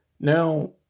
Now